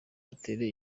batera